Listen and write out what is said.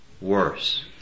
worse